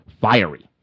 fiery